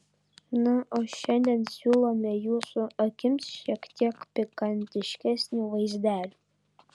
na o šiandien siūlome jūsų akims šiek tiek pikantiškesnių vaizdelių